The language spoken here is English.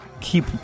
keep